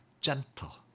gentle